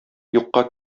юкка